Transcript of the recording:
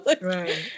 Right